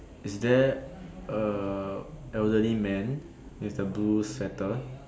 is there a elderly man with a blue sweater